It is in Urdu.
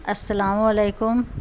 السلام علیکم